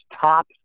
top